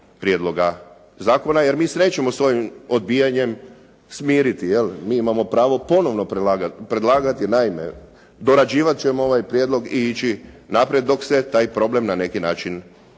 prijedloga zakona jer mi se nećemo s ovim odbijanjem smiriti. Mi imamo pravo ponovo predlagati. Naime, dorađivat ćemo ovaj prijedlog i ići naprijed dok se taj problem na neki način ne riješi.